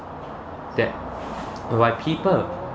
that why people